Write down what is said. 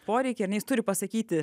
poreikį ar ne jis turiu pasakyti